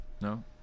No